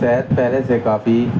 صحت پہلے سے کافی